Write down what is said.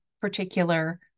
particular